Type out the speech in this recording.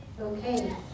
Okay